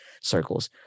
circles